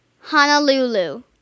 Honolulu